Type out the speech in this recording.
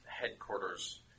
headquarters